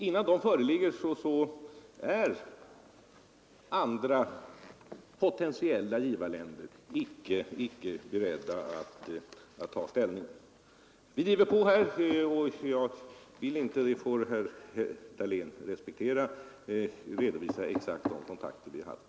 Innan de föreligger är andra potentiella givarländer icke beredda att ta ställning. Vi driver på i detta avseende men jag vill inte — det får herr Dahlén respektera — redovisa exakt vilka kontakter vi haft.